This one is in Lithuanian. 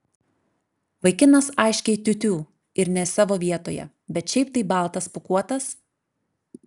vaikinas aiškiai tiū tiū ir ne savo vietoje bet šiaip tai baltas pūkuotas